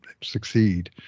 succeed